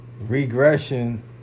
regression